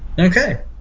Okay